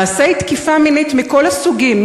מעשי תקיפה מינית מכל הסוגים,